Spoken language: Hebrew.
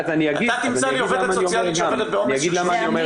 תמצא לי עובדת סוציאלית שעובדת בעומס של ---.